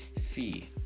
fee